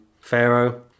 Pharaoh